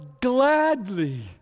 gladly